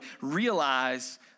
realize